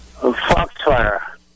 Foxfire